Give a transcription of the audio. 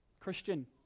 christian